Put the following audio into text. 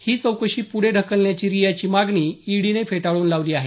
ही चौकशी पुढे ढकलण्याची रियाची मागणी ईडीने फेटाळून लावली होती